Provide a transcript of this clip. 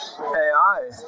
AI